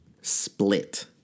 Split